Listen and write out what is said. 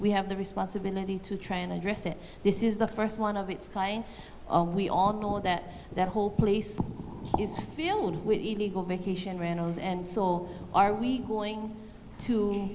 we have the responsibility to try and address it this is the first one of its kind of we all know that that whole place is filled with the legal vacation rentals and soul are we going to